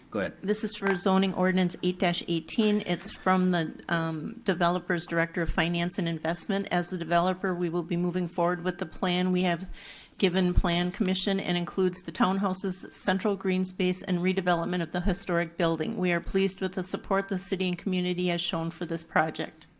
go ahead. but this is for zoning ordinance eight dash eighteen, it's from the developers director of finance and investment. as the developer we will be moving forward with the plan. we have given plan commission and includes the townhouses, central green space, and redevelopment of the historic building. we are pleased with the support the city and community has shown for this project.